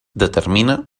determina